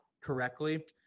correctly